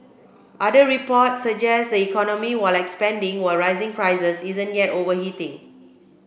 other reports suggest the economy while expanding with rising prices isn't yet overheating